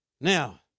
Now